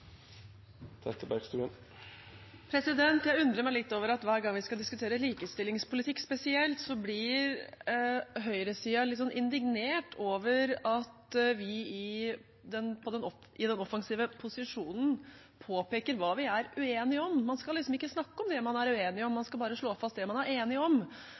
med oss. Jeg undrer meg litt over at hver gang vi skal diskutere likestillingspolitikk spesielt, blir høyresiden litt indignert over at vi i den offensive posisjonen påpeker hva vi er uenige om. Man skal liksom ikke snakke om det man er uenige om; man skal bare slå fast det man er enige om,